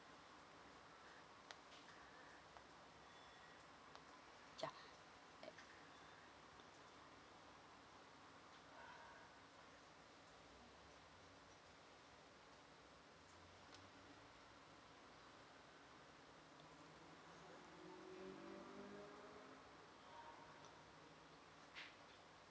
ya